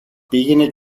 πήγαινε